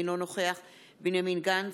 אינו נוכח בנימין גנץ,